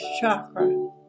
chakra